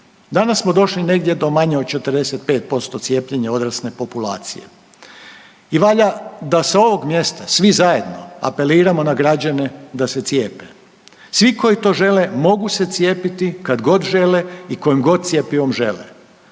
Danas smo došli negdje do manje od 45% cijepljenja odrasle populacije. I valja da s ovog mjesta, svi zajedno apeliramo na građane da se cijepe. Svi koji to žele mogu se cijepiti kad god žele i kojim god cjepivom žele.